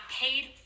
paid